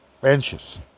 benches